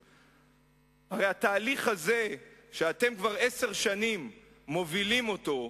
הרי התהליך הזה, שאתם כבר עשר שנים מובילים אותו,